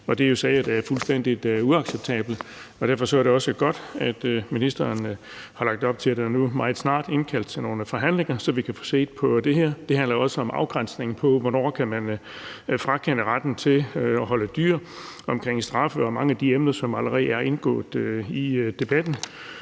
Det er jo sager, der er fuldstændig uacceptable, og derfor er det også godt, at ministeren har lagt op til, at der nu meget snart indkaldes til nogle forhandlinger, så vi kan få set på det her. Det handler også om afgrænsning af, hvornår man kan frakende retten til at holde dyr, om straffe og mange af de emner, som allerede er indgået i debatten.